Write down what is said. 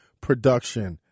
production